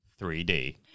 3D